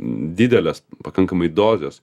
dideles pakankamai dozes